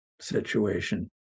situation